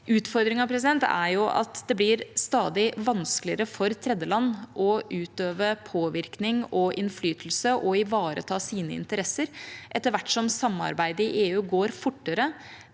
Utfordringen er jo at det blir stadig vanskeligere for tredjeland å utøve påvirkning og innflytelse og ivareta sine interesser etter hvert som samarbeidet i EU går fortere.